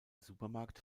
supermarkt